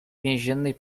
więziennej